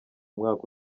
mwaka